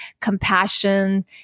compassion